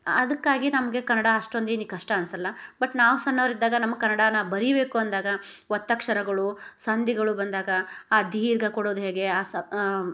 ಅದಕ್ಕಾಗಿ ನಮಗೆ ಕನ್ನಡ ಅಷ್ಟೊಂದೇನು ಕಷ್ಟ ಅನ್ಸಲ್ಲ ಬಟ್ ನಾವು ಸಣ್ಣವರಿದ್ದಾಗ ನಮ್ಮ ಕನ್ನಡಾನ ಬರಿಬೇಕು ಅಂದಾಗ ಒತ್ತಕ್ಷರಗಳು ಸಂಧಿಗಳು ಬಂದಾಗ ಆ ದೀರ್ಘ ಕೊಡೋದು ಹೇಗೆ ಆ ಸ